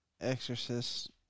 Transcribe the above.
Exorcist